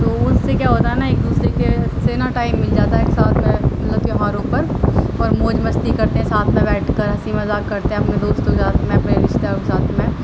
تو اس سے کیا ہوتا ہے نا ایک دوسرے کے سے نا ٹائم مل جاتا ہے ساتھ میں مطلب تیوہاروں پر اور موج مستی کرتے ہیں ساتھ میں بیٹھ کر ہنسی مذاق کرتے ہیں اپنے دوستوں کے ساتھ میں اپنے رشتے داروں کے ساتھ میں